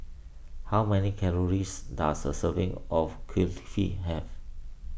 how many calories does a serving of Kulfi have